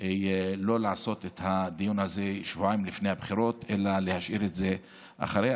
לא לעשות את הדיון הזה שבועיים לפני הבחירות אלא להשאיר את זה לאחר מכן.